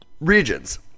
regions